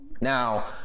Now